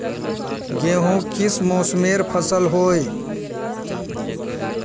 गेहूँ किस मौसमेर फसल होय?